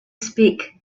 speak